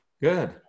Good